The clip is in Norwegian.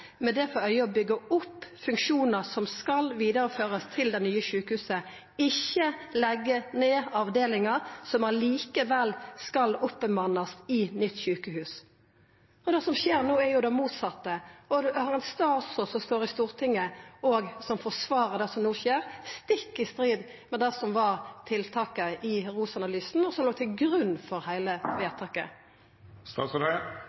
med det for øye å bygge opp funksjoner som skal videreføres til det nye sykehuset, ikke legge ned avdelinger som allikevel skal oppmannes i nytt sykehus.» Det som skjer no, er det motsette. Vi har ein statsråd som står i Stortinget og forsvarar det som no skjer, stikk i strid med det som var tiltaket i ROS-analysen, som låg til grunn for heile